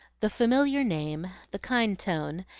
the familiar name, the kind tone,